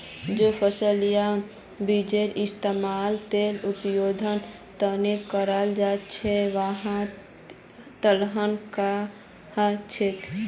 जे फसल या बीजेर इस्तमाल तेल उत्पादनेर त न कराल जा छेक वहाक तिलहन कह छेक